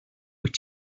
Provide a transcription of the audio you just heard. wyt